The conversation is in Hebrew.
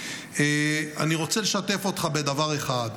אני רוצה לשתף אותך בדבר אחד.